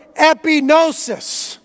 epinosis